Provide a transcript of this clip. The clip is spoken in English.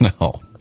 No